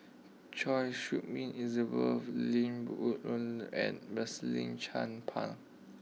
Choy Su Moi Elizabeth Lim and Rosaline Chan Pang